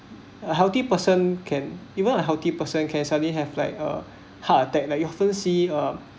a healthy person can even a healthy person can suddenly have like a heart attack like you often see uh